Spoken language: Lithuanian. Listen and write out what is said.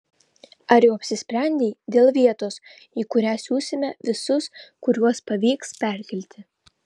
ar jau apsisprendei dėl vietos į kurią siusime visus kuriuos pavyks perkelti